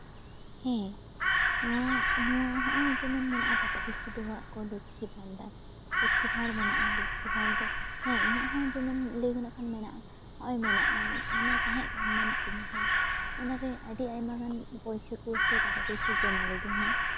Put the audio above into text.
ᱦᱮᱸ ᱱᱚᱣᱟ ᱱᱚᱣᱟ ᱦᱚᱜᱼᱚᱭ ᱡᱮᱢᱚᱱ ᱢᱮᱱᱟᱜᱼᱟ ᱴᱟᱠᱟ ᱯᱚᱭᱥᱟ ᱫᱚ ᱦᱟᱜ ᱠᱚ ᱞᱚᱠᱠᱷᱤ ᱵᱷᱟᱱᱰᱟᱨ ᱞᱚᱠᱠᱷᱤ ᱵᱷᱟᱲ ᱢᱮᱱᱟᱜᱼᱟ ᱞᱚᱠᱠᱷᱤ ᱵᱷᱟᱲ ᱫᱚ ᱦᱮᱸ ᱤᱧᱟᱹᱜ ᱦᱚᱸ ᱡᱮᱢᱚᱱ ᱞᱟᱹᱭ ᱜᱟᱱᱚᱜ ᱠᱷᱟᱱ ᱢᱮᱱᱟᱜᱼᱟ ᱟᱨ ᱢᱮᱱᱟᱜᱼᱟ ᱢᱟᱱᱮ ᱛᱟᱦᱮᱸ ᱠᱟᱱ ᱢᱮᱱᱟᱜ ᱛᱤᱧᱟ ᱦᱮᱸ ᱚᱱᱟᱨᱮ ᱟᱹᱰᱤ ᱟᱭᱢᱟᱜᱟᱱ ᱯᱩᱭᱥᱟᱹ ᱠᱚ ᱥᱮ ᱴᱟᱠᱟ ᱯᱩᱭᱥᱟᱹ ᱡᱚᱢᱟ ᱞᱮᱫᱟᱹᱧ ᱦᱮᱸ